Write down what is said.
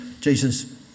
Jesus